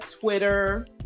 Twitter